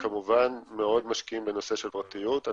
אנחנו כמובן מאוד משקיעים בנושא של פרטיות.